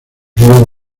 río